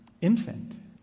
infant